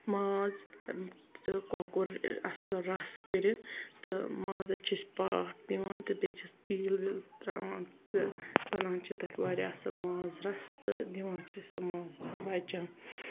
ماز تہٕ کۄکُر اصل رَس کٔرِتھ تہٕ مازَس چھِ أسۍ پاکھ دِوان تہٕ بیٚیہِ چھِس تیٖل ویٖل تراوان تہٕ بناوان چھِ تٔتھۍ واریاہ أسۍ ماز رَس تہٕ دِوان چھِ أسۍ سُہ ماز رَس بَچن